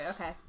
Okay